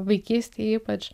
vaikystėj ypač